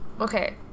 Okay